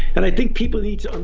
and i think people need so